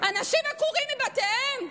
אנשים עקורים מבתיהם.